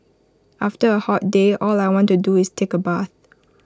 after A hot day all I want to do is take A bath